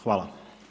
Hvala.